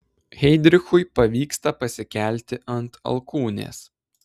heidrichui pavyksta pasikelti ant alkūnės